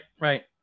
right